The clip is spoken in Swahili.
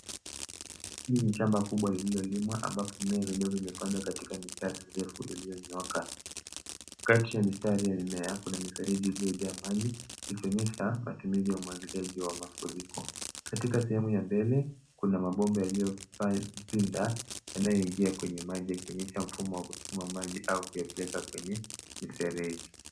Hii ni shamba kubwa lililolimwa ambapo mimea midogo imepandwa katika mistari mirefu iliyonyooka. Kati ya mistari ya memiea kuna kuna mifereji iliyojaa maji ikionyesha matumizi ya umwagiliaji wa mafiriko. Katika sehemu ya mbele kuna mabomba yaliyopinda yanayoingia kwenye maji ya kuonyesha mfumo wa maji au kuipeleka kwenye mfereji.